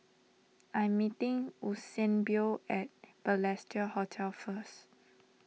I'm meeting Eusebio at Balestier Hotel first